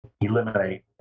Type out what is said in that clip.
eliminate